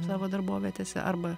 savo darbovietėse arba